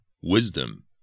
wisdom